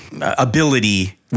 ability